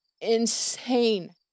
insane